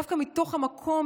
דווקא מתוך המקום,